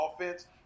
offense